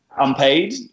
unpaid